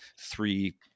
three